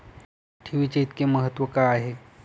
ठेवीचे इतके महत्व का आहे?